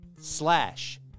slash